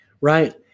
Right